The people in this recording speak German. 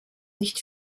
nicht